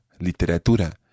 literatura